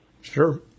Sure